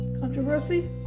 Controversy